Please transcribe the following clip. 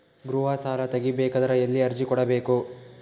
ಗೃಹ ಸಾಲಾ ತಗಿ ಬೇಕಾದರ ಎಲ್ಲಿ ಅರ್ಜಿ ಕೊಡಬೇಕು?